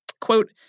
quote